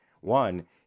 one